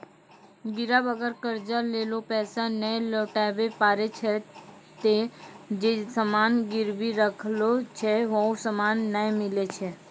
गिरब अगर कर्जा लेलो पैसा नै लौटाबै पारै छै ते जे सामान गिरबी राखलो छै हौ सामन नै मिलै छै